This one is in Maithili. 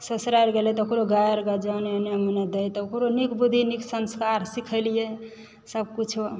ससुराल गेलै तऽ ओकरो गारि बजाउन एने ओने दय तऽ ओकरो नीक बुद्धि नीक संस्कार सिखेलियै सभ किछो